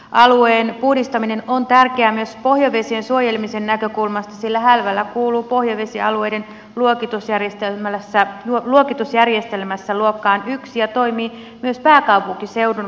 alueen puhdistaminen on tärkeää myös pohjavesien suojelemisen näkökulmasta sillä hälvälä kuuluu pohjavesialueiden luokitusjärjestelmässä luokkaan i ja toimii myös pääkaupunkiseudun varavesialueena